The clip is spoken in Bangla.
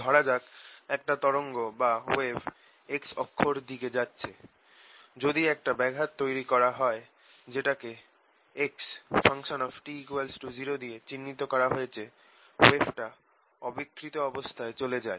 ধরা যাক একটা তরঙ্গ বা ওয়েভ x অক্ষর দিকে যাচ্ছে যদি একটা ব্যাঘাত তৈরি করা হয় যেটাকে xt0 দিয়ে চিহ্নিত করা হয়েছে ওয়েভটা অবিকৃত অবস্থায় চলে যায়